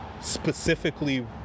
specifically